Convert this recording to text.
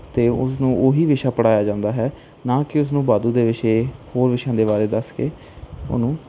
ਤੇ ਉਸਨੂੰ ਓਹੀ ਵਿਸ਼ਾ ਪੜ੍ਹਾਇਆ ਜਾਂਦਾ ਹੈ ਨਾ ਕਿ ਉਸਨੂੰ ਵਾਧੂ ਦੇ ਵਿਸ਼ੇ ਹੋਰ ਵਿਸ਼ਿਆਂ ਦੇ ਬਾਰੇ ਦੱਸ ਕੇ ਉਹਨੂੰ